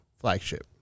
Flagship